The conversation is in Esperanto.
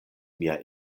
mia